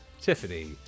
Tiffany